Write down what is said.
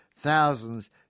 thousands